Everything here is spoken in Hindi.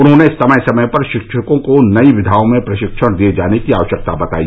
उन्होंने समय समय पर शिक्षकों को नई विधाओं में प्रशिक्षण दिये जाने की आवश्यकता बताई